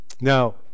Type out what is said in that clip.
Now